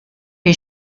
est